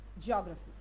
geography